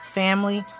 family